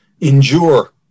endure